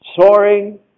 soaring